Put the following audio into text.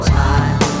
time